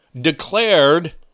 declared